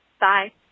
bye